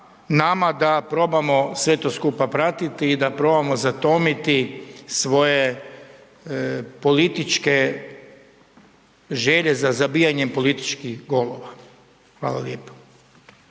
da probamo sve to skupa pratiti i da probamo zatomiti svoje političke želje za zabijanjem političkih golova. Hvala lijepo.